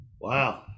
Wow